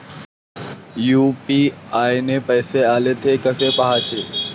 UPI न पैसे आले, थे कसे पाहाचे?